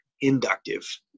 inductive